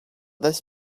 this